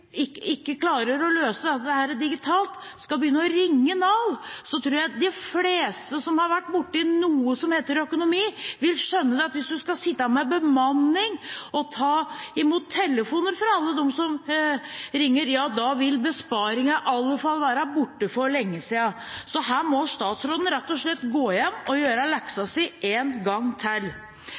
klarer å løse dette digitalt, skal begynne å ringe Nav, tror jeg de fleste som har vært borti noe som heter økonomi, vil skjønne at hvis man skal ha bemanning og ta imot telefoner fra alle dem som ringer, vil besparingen i alle fall være borte for lenge siden. Så her må statsråden rett og slett gå hjem og gjøre leksen sin en gang til.